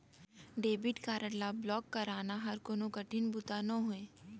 debit card ल block कराना हर कोनो कठिन बूता नोहे